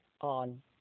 on